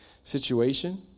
situation